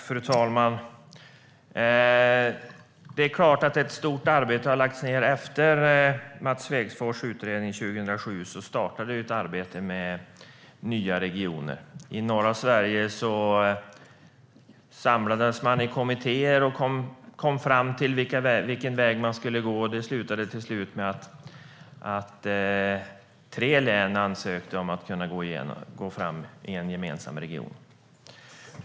Fru talman! Det är klart att ett stort arbete har lagts ned. Efter Mats Svegfors utredning 2007 startade ett arbete med nya regioner. I norra Sverige samlades man i kommittéer och kom fram till vilken väg man skulle gå. Det slutade med att tre län ansökte om att kunna gå fram i en gemensam region.